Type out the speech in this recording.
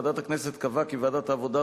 ועדת הכנסת קבעה כי ועדת העבודה,